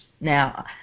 Now